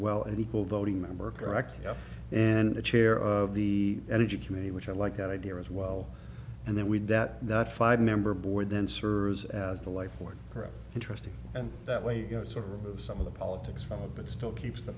well an equal voting member correct and the chair of the energy committee which i like that idea as well and then we did that that five member board then serves as the life more interesting and that way you go to remove some of the politics from it but still keeps the